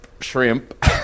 shrimp